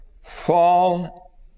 Fall